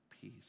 peace